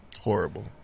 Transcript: horrible